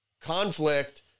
Conflict